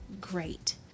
great